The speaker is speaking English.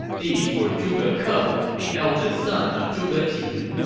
these were zhuge ke, ah the eldest son of zhuge jin,